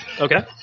Okay